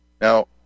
Now